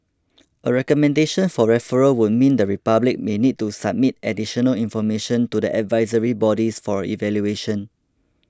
a recommendation for referral would mean the republic may need to submit additional information to the advisory bodies for evaluation